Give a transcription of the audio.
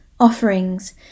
Offerings